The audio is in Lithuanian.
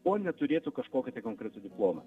o neturėtų kažkokį tai konkretų diplomą